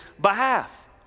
behalf